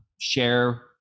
share